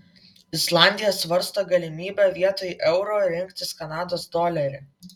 islandija svarsto galimybę vietoj euro rinktis kanados dolerį